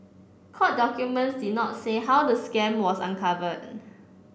court documents did not say how the scam was uncovered